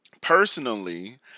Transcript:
personally